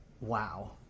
wow